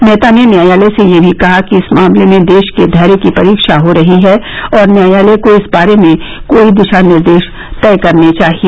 मेहता ने न्यायालय से यह भी कहा कि इस मामले में देश के धैर्य की परीक्षा हो रही है और न्यायालय को इस बारे में कोई दिशा निर्देश तय करने चाहिए